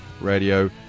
Radio